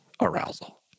arousal